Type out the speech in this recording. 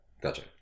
Gotcha